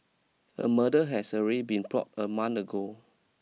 a murder has already been plot a month ago